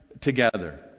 together